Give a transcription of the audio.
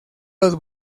los